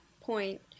point